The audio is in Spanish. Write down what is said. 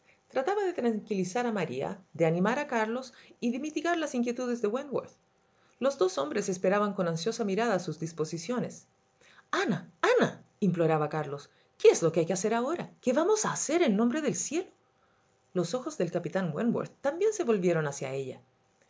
trataba de tranquilizar a maría de animar a carlos y de mitigar las inquietudes de wentworth los dos hombres esperaban con ansiosa mirada sus disposiciones ana anaimploraba carlos qué es lo que hay que hacer ahora qué vamos a hacer en nombre del cielo los ojos del capitán wentworth también se volvieron hacia ella